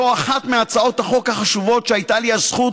זו אחת מהצעות החוק החשובות שהייתה לי הזכות